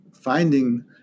finding